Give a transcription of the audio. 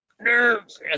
NERVES